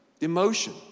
emotion